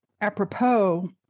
apropos